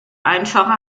einfache